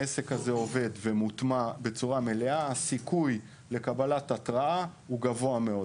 העסק הזה יעבוד ויוטמע בצורה מלאה והסיכוי לקבלת ההתרעה יהיה גבוה מאוד.